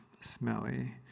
smelly